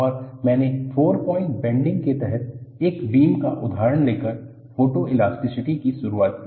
और मैंने four point bending के तहत एक बीम का उदाहरण लेकर फोटोइलास्टिसिटी की शुरुआत की